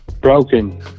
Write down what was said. Broken